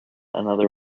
another